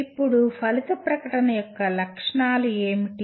ఇప్పుడు ఫలిత ప్రకటన యొక్క లక్షణాలు ఏమిటి